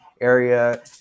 area